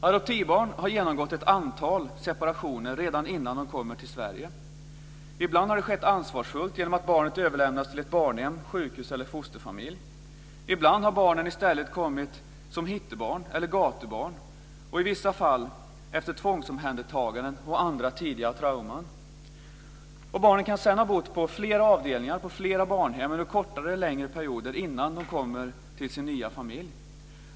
Adoptivbarn har genomgått ett antal separationer redan innan de kommer till Sverige. Ibland har det skett ansvarsfullt, genom att barnet överlämnats till ett barnhem, ett sjukhus eller en fosterfamilj. Ibland har barnet i stället kommit som hittebarn eller gatubarn och i vissa fall efter tvångsomhändertaganden och andra tidiga trauman. Barnet kan sedan ha bott på flera avdelningar och på flera barnhem under kortare och längre perioder innan det kommer till sin nya familj.